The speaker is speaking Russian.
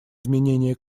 изменения